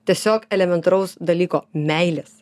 tiesiog elementaraus dalyko meilės